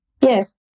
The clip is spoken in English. Yes